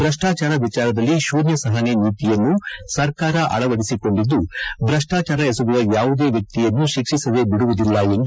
ಭ್ರಷ್ನಾಚಾರ ವಿಚಾರದಲ್ಲಿ ಶೂನ್ಯ ಸಹನೆ ನೀತಿಯನ್ನು ಸರ್ಕಾರ ಅಳವಡಿಸಿಕೊಂಡಿದ್ದು ಭ್ರಷ್ಟಾಚಾರ ಎಸಗುವ ಯಾವುದೇ ವ್ಯಕ್ತಿಯನ್ನು ಶಿಕ್ಷಿಸದೇ ಬಿಡುವುದಿಲ್ಲ ಎಂದು ಅವರು ಹೇಳಿದರು